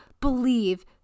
believe